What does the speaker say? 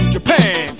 Japan